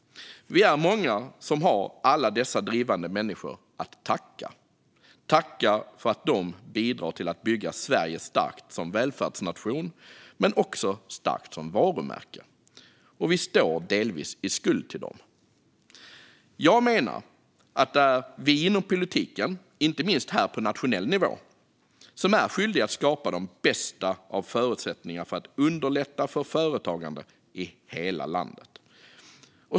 Vi är många som har alla dessa drivande människor att tacka för att de bidrar till att bygga Sverige starkt som välfärdsnation och starkt som varumärke. Vi står delvis i skuld till dem. Jag menar att det är vi inom politiken, inte minst här på nationell nivå, som är skyldiga att skapa de bästa av förutsättningar för att underlätta för företagande i hela landet.